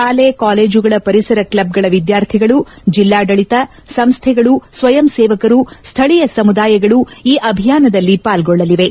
ಶಾಲೆ ಕಾಲೇಜುಗಳ ಪರಿಸರ ಕ್ಷಬ್ಗಳ ವಿದ್ಯಾರ್ಥಿಗಳು ಜಿಲ್ಲಾಡಳಿತ ಸಂಸ್ಥೆಗಳು ಸ್ವಯಂ ಸೇವಕರು ಸ್ವಳೀಯ ಸಮುದಾಯಗಳು ಈ ಅಭಿಯಾನದಲ್ಲಿ ಪಾಲ್ಗೊಳ್ಳಲಿವೆ